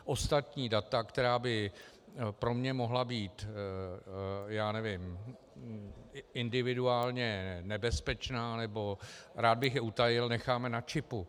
Ostatní data, která by pro mě mohla být, já nevím, individuálně nebezpečná nebo rád bych je utajil, necháme na čipu.